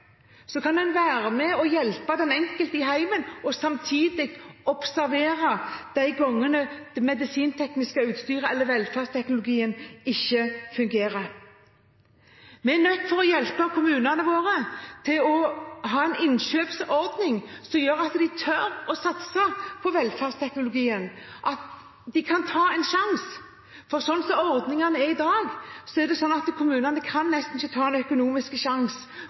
en være med og hjelpe den enkelte i hjemmet og samtidig observere de gangene det medisinsktekniske utstyret eller velferdsteknologien ikke fungerer. Vi er nødt til å hjelpe kommunene våre til å ha en innkjøpsordning som gjør at de tør å satse på velferdsteknologien og kan ta en sjanse. Slik som ordningen er i dag,